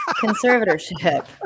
conservatorship